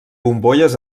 bombolles